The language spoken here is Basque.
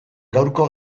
gaurko